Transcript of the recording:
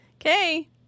Okay